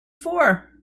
for